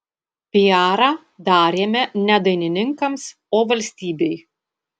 piarą darėme ne dainininkams o valstybei